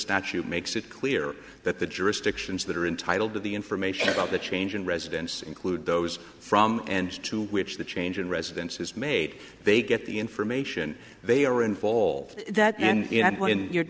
statute makes it cool clear that the jurisdictions that are entitled to the information about the change in residence include those from and to which the change in residence is made they get the information they are involved that and when you're